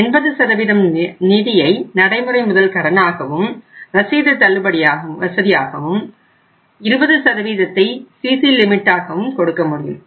80 நிதியை நடைமுறை முதல் கடனாகவும் ரசீது தள்ளுபடி வசதியாகவும் 20ஐ சிசி லிமிட்டாக கொடுக்க முடியும்